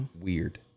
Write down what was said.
Weird